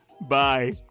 bye